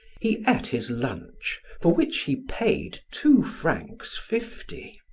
he ate his lunch, for which he paid two francs fifty,